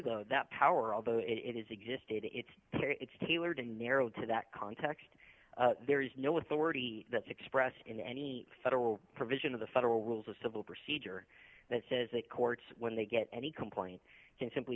though that power although it is existed it's clear it's tailored and narrowed to that context there is no authority that's expressed in any federal provision of the federal rules of civil procedure that says that courts when they get any complaint can simply